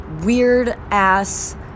weird-ass